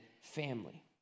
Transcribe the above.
family